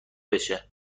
بشه